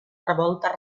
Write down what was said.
revolta